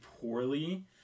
poorly